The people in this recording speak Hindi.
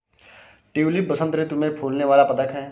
ट्यूलिप बसंत ऋतु में फूलने वाला पदक है